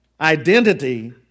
identity